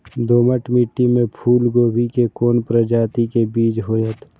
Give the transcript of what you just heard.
दोमट मिट्टी में फूल गोभी के कोन प्रजाति के बीज होयत?